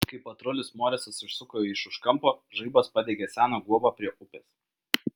kai patrulis morisas išsuko iš už kampo žaibas padegė seną guobą prie upės